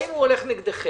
האם הוא הולך נגדכם,